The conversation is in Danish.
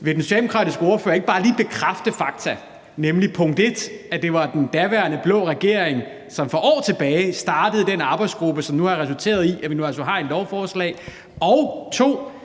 Vil den socialdemokratiske ordfører ikke bare lige bekræfte fakta, nemlig punkt 1): at det var den daværende blå regering, som for år tilbage startede den arbejdsgruppe, hvilket har resulteret i, at vi jo altså nu har et lovforslag? Og